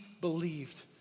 believed